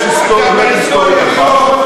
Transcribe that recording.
יש אמת היסטורית אחת,